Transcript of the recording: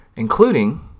including